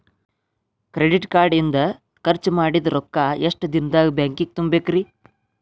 Credit card ಇಂದ್ ಖರ್ಚ್ ಮಾಡಿದ್ ರೊಕ್ಕಾ ಎಷ್ಟ ದಿನದಾಗ್ ಬ್ಯಾಂಕಿಗೆ ತುಂಬೇಕ್ರಿ?